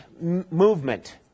movement